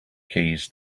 keys